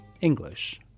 English